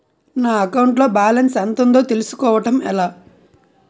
నా అకౌంట్ లో బాలన్స్ ఎంత ఉందో తెలుసుకోవటం ఎలా?